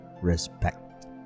respect